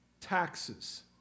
Taxes